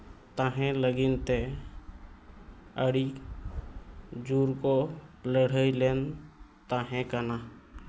ᱛᱟᱦᱮᱱ ᱞᱟᱹᱜᱤᱫᱛᱮ ᱟᱹᱰᱤ ᱡᱳᱨ ᱠᱚ ᱞᱟᱹᱲᱦᱟᱹᱭ ᱞᱮᱱ ᱛᱟᱦᱮᱸ ᱠᱟᱱᱟ